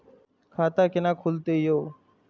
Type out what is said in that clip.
खाता केना खुलतै यो